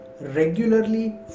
regularly